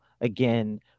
again